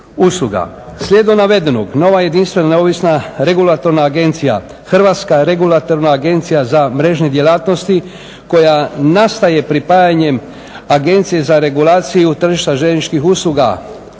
Slijedom navedenog nova jedinstvena regulatorna agencija Hrvatska regulatorna agencija za mrežne djelatnosti koja nastaje pripajanjem Agencije za regulaciju tržišta željezničkih usluga